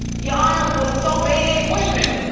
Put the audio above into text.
your honor, we were so bad. wait a minute.